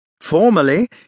Formerly